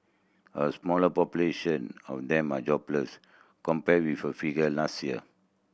a smaller population of them are jobless compared with a figure last year